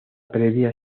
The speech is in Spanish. previa